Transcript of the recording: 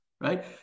right